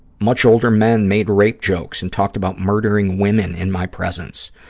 much older men made rape jokes and talked about murdering women in my presence.